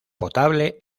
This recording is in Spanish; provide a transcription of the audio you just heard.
potable